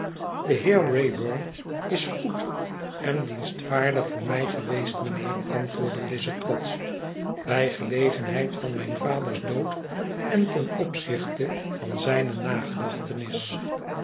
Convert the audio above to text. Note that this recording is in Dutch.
de heer wraybum is goed en dienstvaardig voor mij geweest mijnheer antwoordde lize trotsch bij gelegenheid van mijn vaders dood en ten opzichte van zijne nagedachtenis